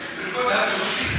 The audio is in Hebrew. רק בנשק,